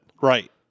Right